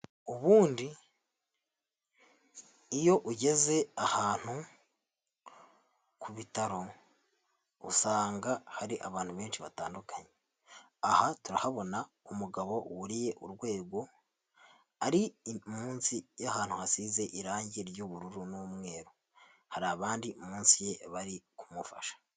Ubundi iyo ugeze ahantu ku bitaro usanga hari abantu benshi batandukanye, aha turahabona umugabo wuriye urwego ari munsi y'ahantu hasize irangi ry'ubururu n'umweru, hari abandi munsi ye bari kumufasha.